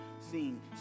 seen